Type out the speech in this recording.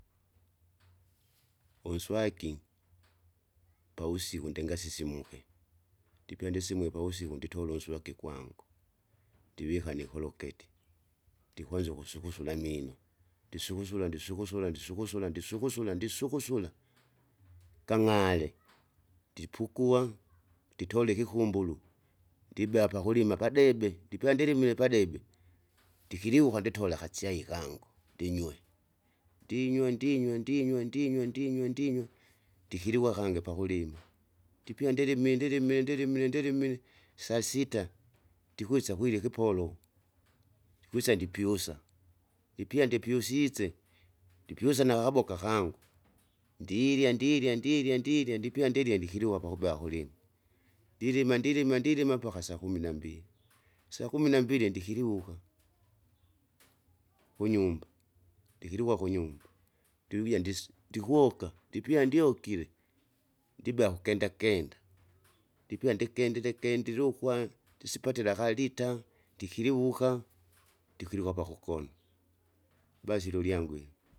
Unswaki, pavusiku ndingasisimuke, ndipe ndisimue pavusiku nditola unswaki gwangu, ndivika nikologeti. Ndikwanza ukusugusula amino, ndisugusula ndisugusula ndisugusula ndisugusula ndisugusula! gan'ale, ndipukua, nditole ikikumbulu, ndibea pakulima padebe, ndipya ndilimile padebe, ndikiliuka nditola akasyai kangu ndinywe, ndinywa ndinywa ndinya ndinywa ndinywa ndinywa. Ndikiliuka kangi pakulima, ndipya ndilimile ndilimile ndilimile ndilimile sasita, ndikwisa kuirya ikipolo, ndikwisa ndipyusa, ipya ndipyusisye, ndipyusa nakakaboka kangu, ndirya ndirya ndirya ndirya ndipia ndirye ndikiliwa kwakuba kulima, ndilima ndilima ndilima mpaka sakumi nambili. Sakumi nambili ndikiliwuka, kunyumba, ndikiliuka kunyumba, ndiukuja ndisi ndikuoka ndipya ndiokile, ndiba kukendakenda, ndipya ndikendile kendile ukwa, ndisipatira akalita, ndikiliwuka, ndikwiluka pakukona, basi lolyangu ili.